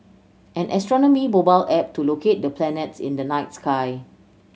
an astronomy mobile app to locate the planets in the night sky